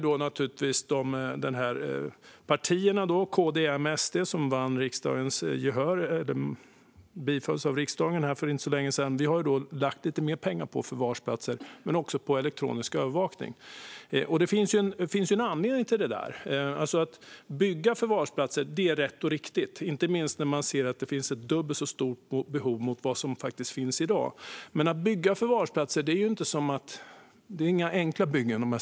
Då har KD, M och SD, vars budgetförslag bifölls i riksdagen för inte så länge sedan, lagt lite mer pengar på förvarsplatser men också på elektronisk övervakning. Det finns en anledning till detta. Att bygga förvarsplatser är rätt och riktigt, inte minst när man ser att det finns ett dubbelt så stort behov jämfört med de platser som finns i dag. Men att bygga förvarsplatser är ju inte enkelt.